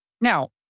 Now